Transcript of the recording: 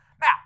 Now